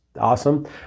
awesome